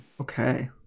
Okay